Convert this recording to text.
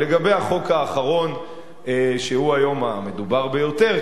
לגבי החוק האחרון שהוא היום המדובר ביותר,